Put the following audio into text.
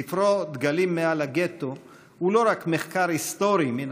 ספרו "דגלים מעל הגטו" הוא לא רק מחקר היסטורי מן